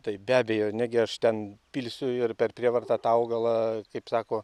taip be abejo negi aš ten pilsiu ir per prievartą tą augalą kaip sako